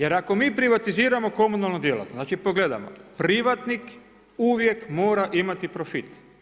Jer ako mi privatiziramo komunalnu djelatnost, znači pogledamo privatnik uvijek mora imati profit.